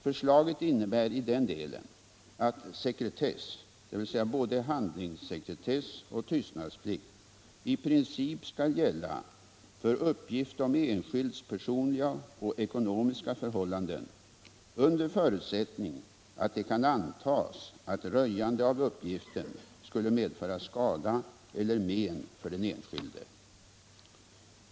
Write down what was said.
Förslaget innebär i den delen att sekretess, dvs. både handlingssekretess och tystnadsplikt, i princip skall gälla för uppgift om enskildas personliga och ekonomiska förhållanden under förutsättning att det kan antas att röjande av uppgiften skulle medföra skada eller men för den enskilde.